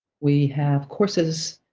we have courses